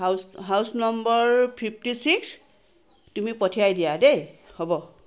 house house number fifty six তুমি পঠিয়াই দিয়া দেই হ'ব